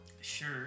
Sure